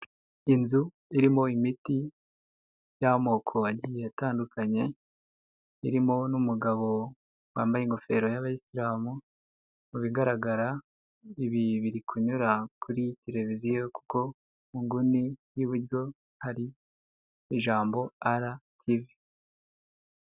Inzu irimo imiti y'amoko agiye atandukanye, irimo n'umugabo wambaye ingofero y'abayisilamu, mu bigaragara ibi biri kunyura kuri televiziyo kuko mu nguni y'iburyo hari ijambo RTV.